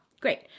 great